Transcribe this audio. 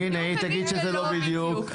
אני בדיוק אגיד שלא בדיוק.